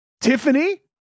Tiffany